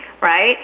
right